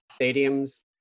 stadiums